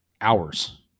hours